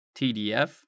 TDF